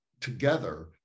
together